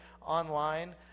online